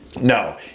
No